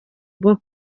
bwo